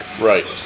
Right